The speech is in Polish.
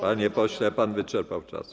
Panie pośle, pan wyczerpał czas.